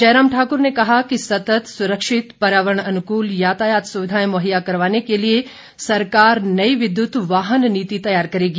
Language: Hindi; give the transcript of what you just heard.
जयराम ढाक्र ने कहा कि सत्तत सुरक्षित पर्यावरण अनुकूल यातायात सुविधाएं मुहैया करवाने के लिए सरकार नई विद्युत वाहन नीति तैयार करेगी